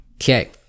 Okay